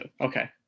Okay